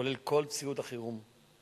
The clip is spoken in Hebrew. כולל כל ציוד החירום.